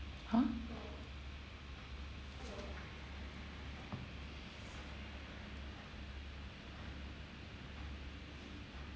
!huh!